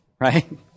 right